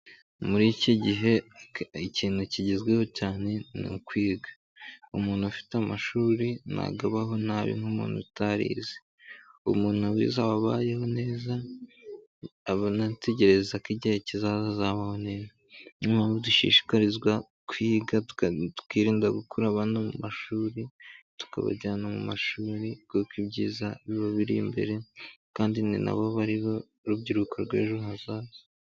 Muri iki gihe, ikintu kigezweho cyane ni ukwiga umuntu ufite amashuri ntabwo abaho nabi nk'umuntu utarize, umuntu wize aba abayeho neza aba anaategereza ko igihe kizaza niyompamvu dushishikarizwa kwiga twirinda gukura abana mashuri tukabajyana mu mashuri kuko ibyiza biba biri imbere kandi ni nabo bari b'urubyiruko rw'ejo hazaza.